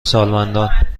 سالمندان